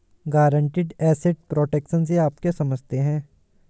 Guaranteed asset protection से आप क्या समझते हैं?